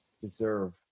deserve